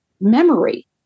memory